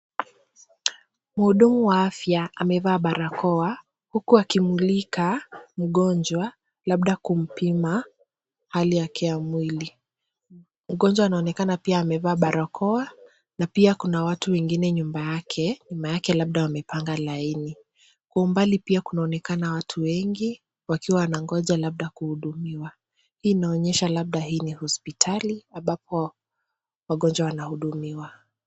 Mhudumu wa afya amevaa barakoa huku akimulika mgonjwa, labda kumpima hali yake ya mwili. Mgonjwa anaonekana pia amevaa barakoa na pia kuna watu wengine nyuma yake, labda wamepanga laini. Kwa umbali pia kunaonekana watu wengi wakiwa wanangoja labda kuhudumiwa. Hii inaonyesha labda hii ni hospitali ambapo wagonjwa wanahudumiwa.